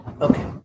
Okay